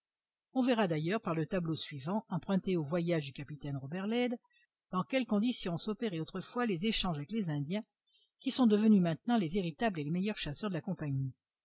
on verra d'ailleurs par le tableau suivant emprunté au voyage du capitaine robert lade dans quelles conditions s'opéraient autrefois les échanges avec les indiens qui sont devenus maintenant les véritables et les meilleurs chasseurs de la compagnie